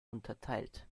unterteilt